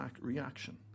reaction